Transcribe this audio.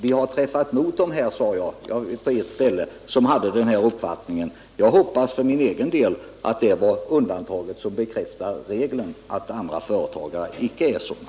Vi har på ett ställe träffat dem som hade denna uppfattning. Jag hoppas för min del att det var undantaget som bekräftar regeln och att andra företagare inte är sådana.